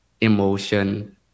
emotion